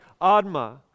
Adma